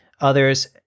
others